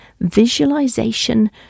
Visualization